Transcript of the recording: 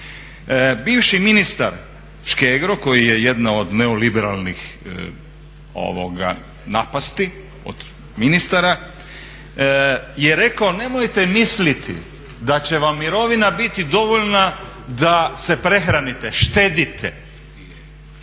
Bivši ministar Škegro koji je jedna od neoliberalnih napasti od ministara, je rekao: "Nemojte misliti da će vam mirovina biti dovoljna da se prehranite, štedite."